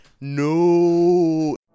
No